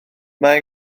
mae